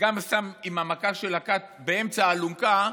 וגם שם מכה עם הקת באמצע האלונקה,